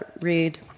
read